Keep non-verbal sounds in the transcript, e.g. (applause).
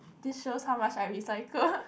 this shows how much I recycle (laughs)